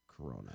Corona